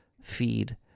feed